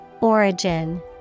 Origin